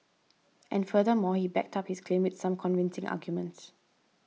and furthermore he backed up his claim with some convincing arguments